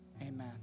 amen